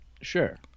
sure